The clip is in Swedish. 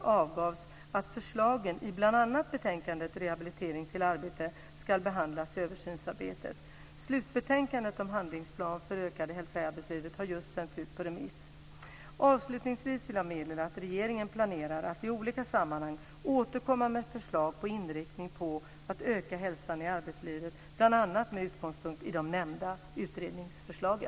avgavs att förslagen i bl.a. betänkandet Rehabilitering till arbete ska behandlas i översynsarbetet. Slutbetänkandet om Handlingsplan för ökad hälsa i arbetslivet har just sänds ut på remiss. Avslutningsvis vill jag meddela att regeringen planerar att i olika sammanhang återkomma med förslag med inriktning på att öka hälsan i arbetslivet bl.a. med utgångspunkt i de nämnda utredningsförslagen.